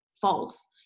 false